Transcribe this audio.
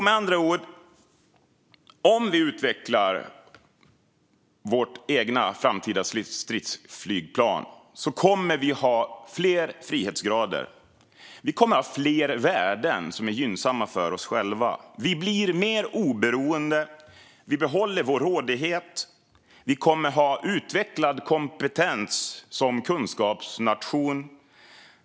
Med andra ord kommer vi att ha fler frihetsgrader och fler värden som är gynnsamma för oss själva om vi utvecklar vårt eget framtida stridsflygplan. Vi blir mer oberoende. Vi behåller vår rådighet. Vi kommer att ha utvecklad kompetens som kunskapsnation.